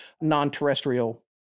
non-terrestrial